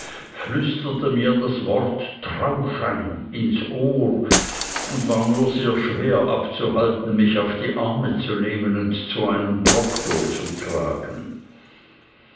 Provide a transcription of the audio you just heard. flüsterte mir das wort trauschein ins ohr und war nur sehr schwer abzuhalten mich auf die arme zu nehmen und zu einem proktor zu tragen